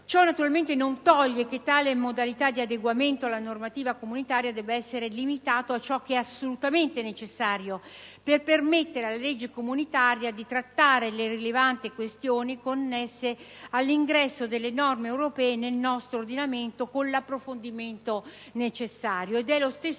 Ciò naturalmente non toglie che tale modalità di adeguamento alla normativa comunitaria debba essere limitato a ciò che è assolutamente necessario, per permettere alla legge comunitaria di trattare le rilevanti questioni connesse all'ingresso delle norme europee nel nostro ordinamento con l'approfondimento necessario.